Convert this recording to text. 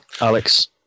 Alex